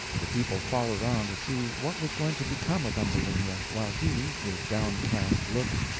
the people followed on to see what was going to become of ambulinia, while he, with downcast looks,